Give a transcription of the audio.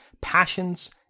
passions